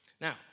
Now